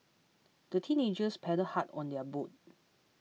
the teenagers paddled hard on their boat